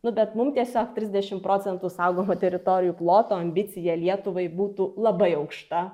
nu bet mum tiesiog trisdešimt procentų saugomų teritorijų ploto ambicija lietuvai būtų labai aukšta